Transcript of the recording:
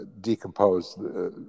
decompose